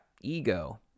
ego